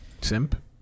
Simp